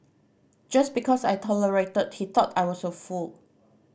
just because I tolerated he thought I was a fool